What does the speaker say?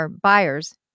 buyers